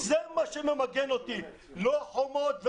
זה מה שממגן אותי ולא חומות.